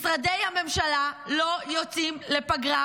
משרדי הממשלה לא יוצאים לפגרה.